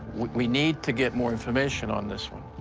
we need to get more information on this one.